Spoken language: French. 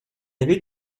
avait